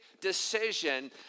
decision